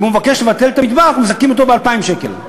אם הוא מבקש לבטל את המטבח מזכים אותו ב-2,000 שקל.